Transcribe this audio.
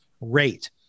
rate